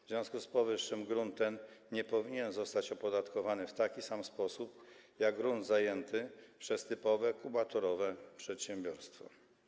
W związku z powyższym grunt ten nie powinien zostać opodatkowany w taki sam sposób jak grunt zajęty przez typowe, kubaturowe przedsiębiorstwo.